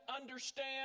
understand